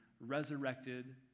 resurrected